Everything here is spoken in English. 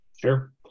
Sure